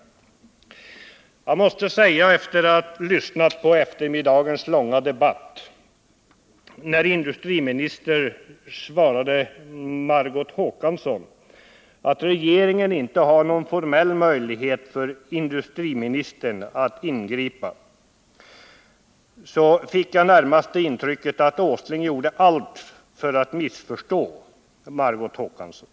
Med anledning av att industriministern i eftermiddagens debatt svarade Margot Håkansson att regeringen och industriministern inte har någon formell möjlighet att ingripa måste jag säga att jag fick intrycket att industriministern gjorde allt för att missförstå Margot Håkansson.